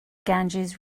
ganges